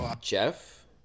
Jeff